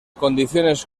condiciones